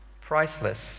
priceless